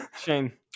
Shane